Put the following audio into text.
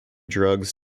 drugs